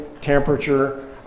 temperature